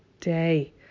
day